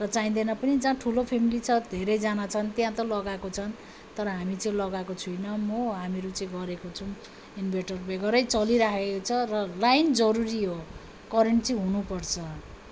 र चाहिँदैन पनि जहाँ ठुलो फ्यामिली छ धेरैजना छन् त्यहाँ त लगाएको छन् तर हामी चाहिँ लगाएको छैनौँ हो हामीहरू चाहिँ गरेको छौँ इन्भर्टर बेगेर चलिरहेको छ र लाइन जरुरी हो करेन्ट चाहिँ हुनु पर्छ